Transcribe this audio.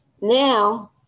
now